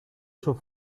sus